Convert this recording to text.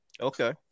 Okay